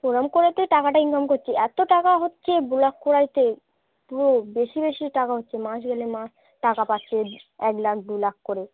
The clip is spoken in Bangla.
ওরম করেই তো টাকাটা ইনকাম করছে এত টাকা হচ্ছে ভ্লগ করাতে পুরো বেশি বেশি টাকা হচ্ছে মাস গেলে মাহ টাকা পাচ্ছে এক লাখ দু লাখ করে